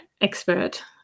expert